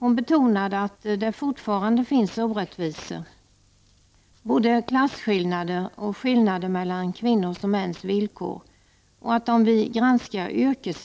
Hon betonade att det fortfarande finns orättvisor, både klasskillnader och skillnader mellan kvinnors och mäns villkor, och att kvinnorna, om vi granskar